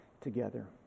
together